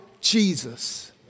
Jesus